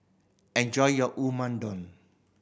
enjoy your Unadon